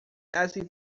hace